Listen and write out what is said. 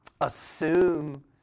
assume